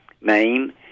name